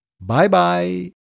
Bye-bye